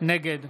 נגד